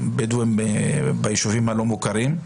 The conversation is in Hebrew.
הבדואים ביישובים הלא מוכרים.